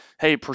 Hey